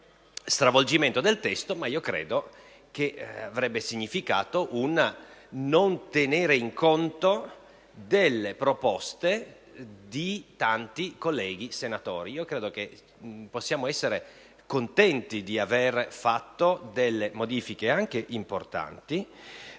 stravolgimento del testo; ma questo avrebbe significato non tenere conto delle proposte di tanti colleghi senatori. Credo che possiamo essere contenti di aver fatto delle modifiche anche importanti;